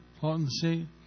potency